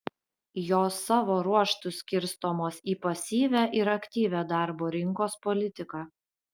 jos savo ruožtu skirstomos į pasyvią ir aktyvią darbo rinkos politiką